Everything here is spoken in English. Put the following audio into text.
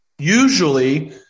Usually